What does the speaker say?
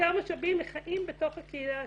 יותר משאבים לחיים בתוך הקהילה עצמה.